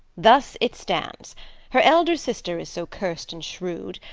thus it stands her elder sister is so curst and shrewd,